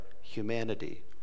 humanity